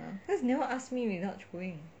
cause never ask me without throwing